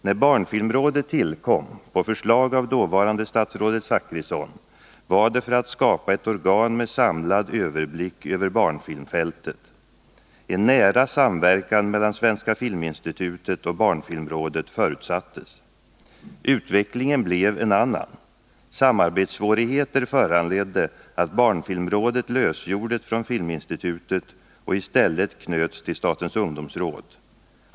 När barnfilmrådet tillkom på förslag av dåvarande statsrådet Zachrisson var det för att skapa ett organ med samlad överblick över barnfilmfältet. En nära samverkan mellan m.m. Utvecklingen blev en annan. Samarbetssvårigheter föranledde att barnfilmrådet lösgjordes från Filminstitutet och i stället knöts till statens ungdomsråd.